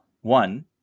One